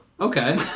okay